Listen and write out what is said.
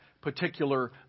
particular